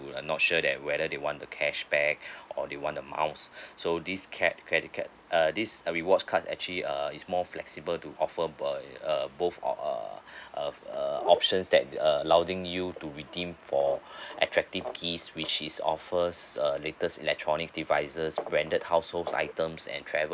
are not sure that whether they want the cashback or they want the miles so this cre~ credit card uh this rewards card actually uh is more flexible to offer bo~ a uh both of uh uh uh options that uh allowing you to redeem for attractive gifts which is offers err latest electronic devices branded household items and travel